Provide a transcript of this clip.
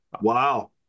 Wow